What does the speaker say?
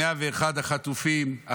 101 החטופים,